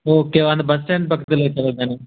okay ஓ அந்த bus stand பக்கத்தில் இருக்குறது தானே